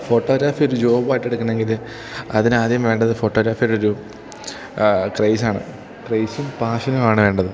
photography ഒരു ജോബായിട്ട് എടുക്കണമെങ്കിൽ അതിനാദ്യം വേണ്ടത് ഫോട്ടോഗ്രാഫിയുടെ ഒരു ക്രേയ്സാണ് ക്രേയ്സും പാഷനുമാണ് വേണ്ടത്